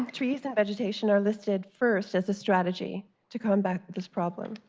um trees and vegetation are listed first as a strategy to combat this problem.